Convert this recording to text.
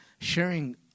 sharing